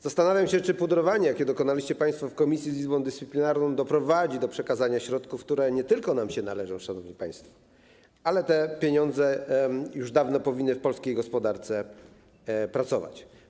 Zastanawiam się, czy pudrowanie, jakiego dokonaliście państwo w komisji z Izbą Dyscyplinarną, doprowadzi do przekazania środków, które nie tylko nam się należą, szanowni państwo - te pieniądze już dawno powinny w polskiej gospodarce pracować.